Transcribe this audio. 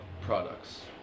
products